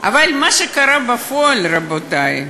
עשר דקות לרשותך, גברתי.